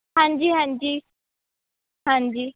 ਹਾਂਜੀ ਹਾਂਜੀ